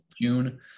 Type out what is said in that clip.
June